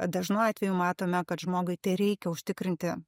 dažnu atveju matome kad žmogui tereikia užtikrinti